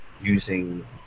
using